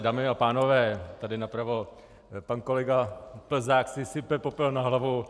Dámy a pánové, tady napravo, pan kolega Plzák si sype popel na hlavu.